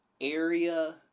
area